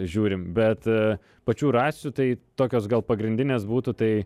žiūrim bet pačių rasių tai tokios gal pagrindinės būtų tai